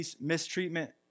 mistreatment